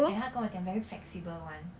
then 他跟我讲 very flexible [one]